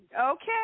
Okay